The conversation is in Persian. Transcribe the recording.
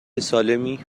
سالمی